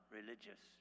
religious